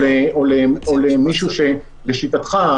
-- או למישהו שלשיטתך,